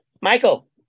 Michael